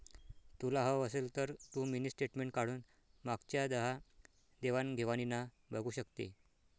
तुला हवं असेल तर तू मिनी स्टेटमेंट काढून मागच्या दहा देवाण घेवाणीना बघू शकते